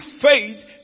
faith